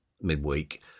midweek